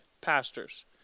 pastors